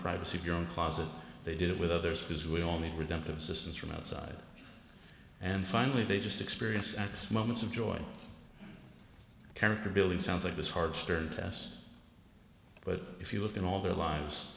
privacy of your own closet they did it with others because we all need productive systems from outside and finally they just experience x moments of joy character building sounds like this harvester test but if you look in all their lives